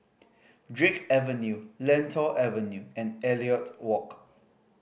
Drake Avenue Lentor Avenue and Elliot Walk